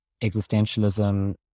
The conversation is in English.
existentialism